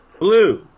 Blue